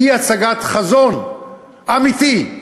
אי-הצגת חזון אמיתי,